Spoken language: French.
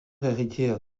héritière